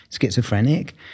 schizophrenic